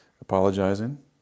apologizing